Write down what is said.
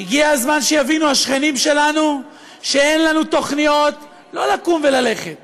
הגיע הזמן שיבינו השכנים שלנו שאין לנו תוכניות לא לקום וללכת